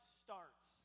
starts